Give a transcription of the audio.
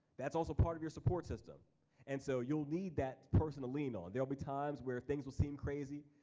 that's also part of your support system and so you'll need that person to lean on. there'll be times where things will seem crazy,